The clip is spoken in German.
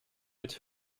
mit